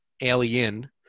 Alien